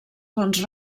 fons